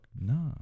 No